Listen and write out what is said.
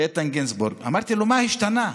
איתן גינזבורג, אמרתי לו: מה השתנה?